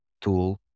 tool